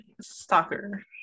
Stalker